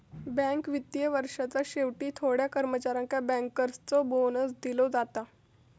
bank वित्तीय वर्षाच्या शेवटी थोड्या कर्मचाऱ्यांका बँकर्सचो बोनस दिलो जाता